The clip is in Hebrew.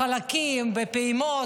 בחלקים, בפעימות.